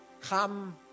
come